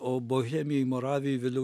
o bohemijoj moravijoj vėliau